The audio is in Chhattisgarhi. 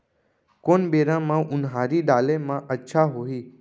कोन बेरा म उनहारी डाले म अच्छा होही?